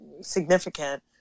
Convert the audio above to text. significant